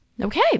Okay